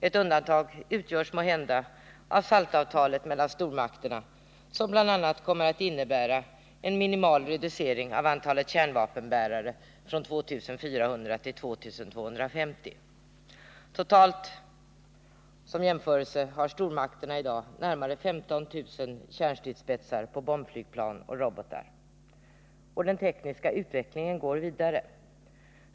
Ett undantag utgörs måhända av SALT-avtalet mellan stormakterna, som bl.a. kommer att innebära en minimal reducering av antalet kärnvapenbärare från 2 400 till 2 250. Som jämförelse kan nämnas att stormakterna i dag totalt har närmare 15 000 kärnstridsspetsar på bombflygplan och robotar. Och den tekniska utvecklingen går vidare.